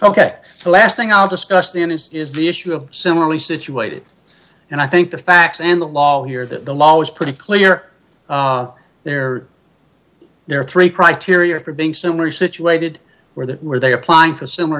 ok the last thing i'll discuss the end is is the issue of similarly situated and i think the facts and the law here that the law is pretty clear there there are three criteria for being so we're situated where that where they are applying for similar